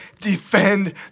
defend